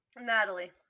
natalie